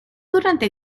durante